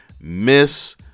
Miss